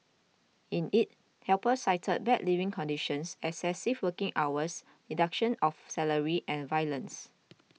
in it helpers cited bad living conditions excessive working hours deduction of salary and violence